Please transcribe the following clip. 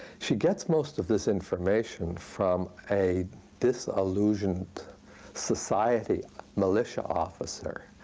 she gets most of this information from a disillusioned society militia officer.